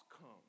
come